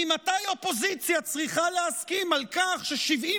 ממתי אופוזיציה צריכה להסכים על כך ש-75